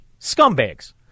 scumbags